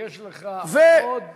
יש לך עוד